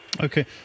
Okay